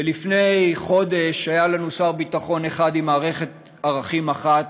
ולפני חודש היה לנו שר ביטחון אחד עם מערכת ערכים אחת,